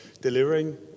delivering